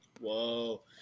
whoa